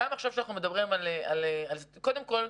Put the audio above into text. קודם כל,